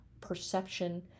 perception